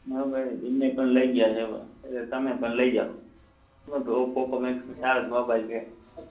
બરાબર છે એ પણ લઈ ગયા છે તમે પણ લઈ જાઓ પોકો એક્સ બી સારો જ મોબાઈલ છે